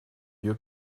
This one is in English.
you